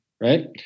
right